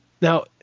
Now